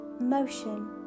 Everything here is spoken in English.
motion